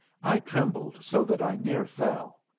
i trembled so that i near fell.